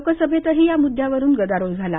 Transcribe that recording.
लोकसभेतही या मुद्यावरुन गदारोळ झाला